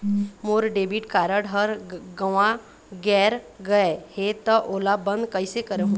मोर debit card हर गंवा गैर गए हे त ओला बंद कइसे करहूं?